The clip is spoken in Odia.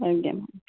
ଆଜ୍ଞା